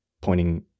pointing